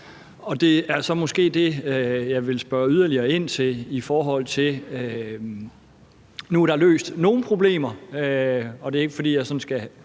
Det er så det, jeg vil spørge yderligere ind til. Nu er der løst nogle problemer. Og det er ikke, fordi jeg skal